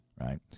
Right